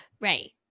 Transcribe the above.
right